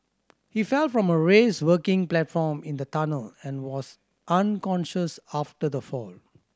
he fell from a raised working platform in the tunnel and was unconscious after the fall